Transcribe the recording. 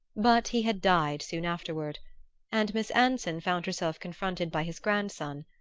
but he had died soon afterward and miss anson found herself confronted by his grandson,